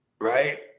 Right